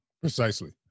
Precisely